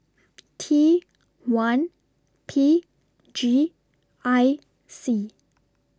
T one P G I C